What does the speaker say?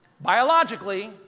Biologically